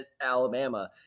Alabama